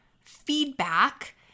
feedback